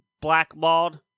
blackballed